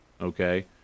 okay